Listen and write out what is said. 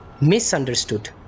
misunderstood